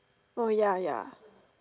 oh ya ya